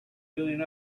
doing